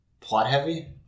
plot-heavy